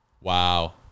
wow